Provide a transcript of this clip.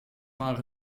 war